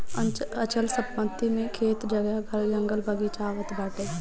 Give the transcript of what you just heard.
अचल संपत्ति मे खेत, जगह, घर, जंगल, बगीचा आवत बाटे